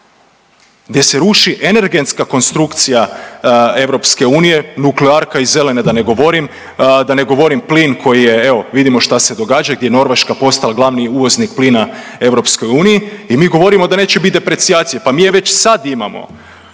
gdje se ruši energetska konstrukcija EU, nuklearka i zelene da ne govorim, da ne govorim plin koji je evo vidimo šta se događa gdje je Norveška postala glavni uvoznik plina EU i mi govorimo da neće bit deprecijacije, pa mi je već sad imamo,